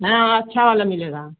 हाँ अच्छा वाला मिलेगा